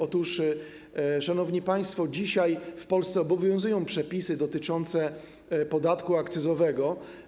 Otóż, szanowni państwo, dzisiaj w Polsce obowiązują przepisy dotyczące podatku akcyzowego.